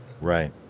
Right